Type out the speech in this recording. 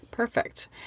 Perfect